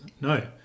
no